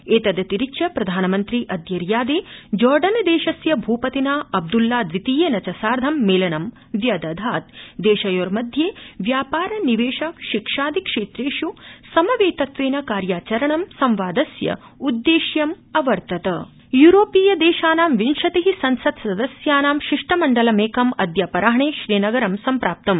एतदतिरिच्य प्रधानमन्त्री अद्य रियादे जॉर्डनदेशस्य भूपतिना अब्दुल्ला द्वितीयेन च सार्थं मेलनं व्यदधात् देशयोर्मध्ये व्यापार निवेश शिक्षादि क्षेत्रेषु समवेतत्वेन कार्याचरणं संवादस्य उद्देश्यम् अवर्तता यूरोपीयदेशानां शिष्टमंण्डलम् यूरोपीयदेशानां विंशति संसत्सदस्यानां शिष्टमण्डल मेकम् अद्य अपराह्ने श्रीनगरं सम्प्राप्तम्